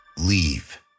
Leave